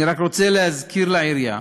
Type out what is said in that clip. אני רק רוצה להזכיר לעירייה,